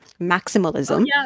maximalism